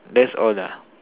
that's all ah